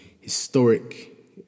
historic